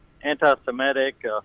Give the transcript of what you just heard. anti-Semitic